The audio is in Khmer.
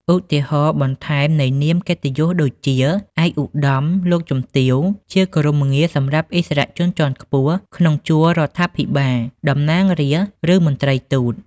ឧទាហរណ៍បន្ថែមនៃនាមកិត្តិយសដូចជា ឯកឧត្តម លោកជំទាវ ជាគោរមងារសម្រាប់ឥស្សរជនជាន់ខ្ពស់ក្នុងជួររដ្ឋាភិបាល តំណាងរាស្រ្ត ឬមន្ត្រីទូត។